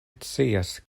scias